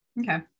Okay